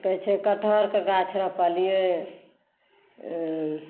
की कहै छै कठहरक गाछ रोपलिए